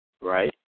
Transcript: right